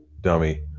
dummy